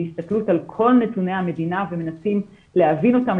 הסתכלות על כל נתוני המדינה ומנסים להבין אותם,